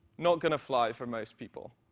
not going to fly for most people.